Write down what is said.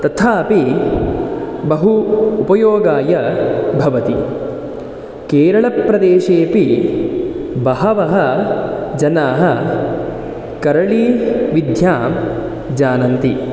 तथापि बहु उपयोगाय भवति केरलप्रदेशेपि बहवः जनाः कलरिविद्यां जानन्ति